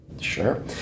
Sure